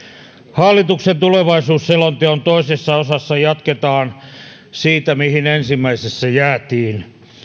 hallituksen tulevaisuusselonteon toisessa osassa jatketaan siitä mihin ensimmäisessä jäätiin